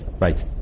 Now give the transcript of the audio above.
Right